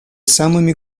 самыми